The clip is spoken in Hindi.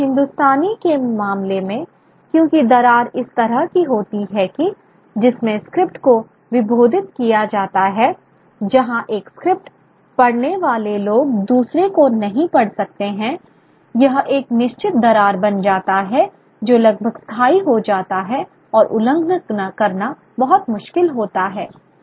लेकिन हिंदुस्तानी के मामले में क्योंकि दरार इस तरह की होती है कि जिसमें स्क्रिप्ट को विभेदित किया जाता है जहां एक स्क्रिप्ट पढ़ने वाले लोग दूसरे को नहीं पढ़ सकते हैं यह एक निश्चित दरार बन जाता है जो लगभग स्थायी हो जाता है और उल्लंघन करना बहुत मुश्किल होता है